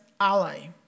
ally